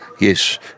Yes